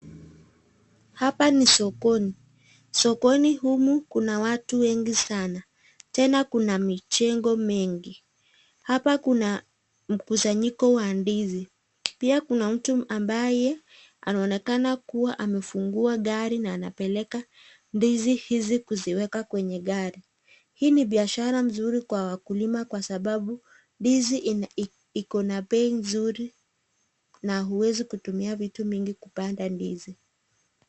Hapa ni sokoni. Sokoni humu kuna watu wengi sana, tena kuna mijengo mingi. Hapa kuna mkusanyiko wa ndizi. Pia kuna mtu ambaye anaonekana kuwa amefungua gari na anapeleka ndizi hizi kuziweka kwenye gari. Hii ni biashara mzuri kwa wakulima kwa sababu ndizi iko na bei nzuri na huwezi kutumia vitu mingi kupanda ndizi.